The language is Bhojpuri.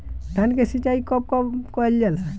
धान के सिचाई कब कब कएल जाला?